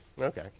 Okay